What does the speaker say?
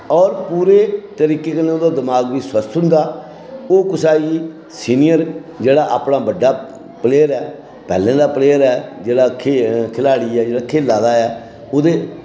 होर पूरे तरीके कन्नै ओह्दा दमाग बी स्वस्थ होंदा ओह् कुसै गी सीनियर जेह्ड़ा अपना बड्डा प्लेयर ऐ पैह्लें दा प्लेयर ऐ जेह्ड़ा खेल खिलाड़ी ऐ जेह्ड़ा खेल्ला दा ऐ ओह्दे